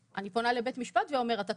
אני פונה לבית משפט ואומרת,